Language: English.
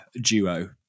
duo